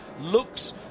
looks